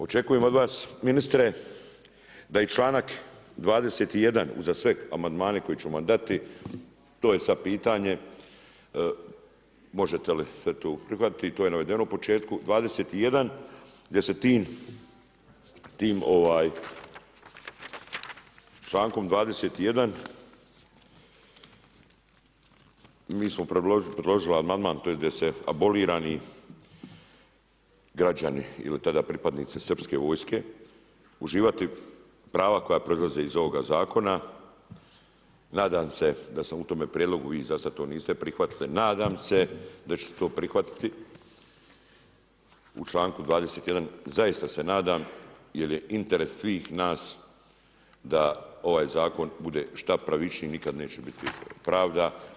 Očekujem od vas ministre da i članak 21. uza sve amandmane koje ću vam dati, to je sad pitanje možete li to sve to prihvatiti i to je navedeno u početku, gdje smo tim člankom mi predložili amandman gdje će abolirani građani ili tada pripadnici srpske vojske uživati prava koja proizlaze iz ovoga zakona, nadam se da sam u tome prijedlogu i za sada to niste prihvatili, nadam se da ćete to prihvatiti u članku 21., zaista se nadam jer je interes svih nas da ovaj zakon bude šta pravičniji i nikad neće biti … pravda.